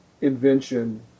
invention